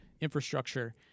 infrastructure